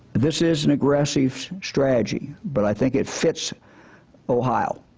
this is an aggressive strategy, but i think it fits ohio.